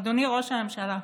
אדוני ראש הממשלה,